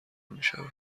میشود